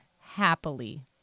happily